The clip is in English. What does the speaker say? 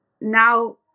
now